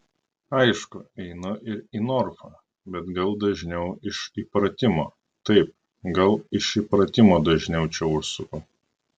aišku einu ir į norfą bet gal dažniau iš įpratimo taip gal iš įpratimo dažniau čia užsuku